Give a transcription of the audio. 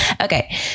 Okay